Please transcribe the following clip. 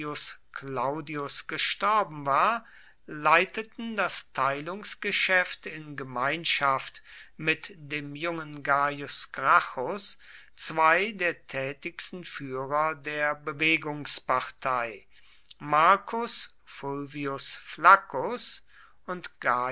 claudius gestorben war leiteten das teilungsgeschäft in gemeinschaft mit dem jungen gaius gracchus zwei der tätigsten führer der bewegungspartei marcus fulvius flaccus und